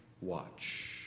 watch